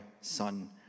son